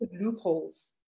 loopholes